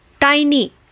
Tiny